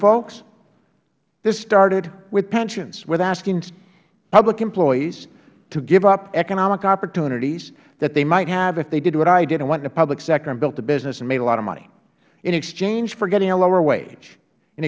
folks this started with pensions with asking public employees to give up economic opportunities that they might have if they did what i did and went into public sector and built a business and made a lot of money in exchange for getting a lower wage in